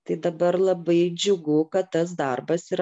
tai dabar labai džiugu kad tas darbas ir